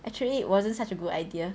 actually it wasn't such a good idea